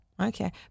Okay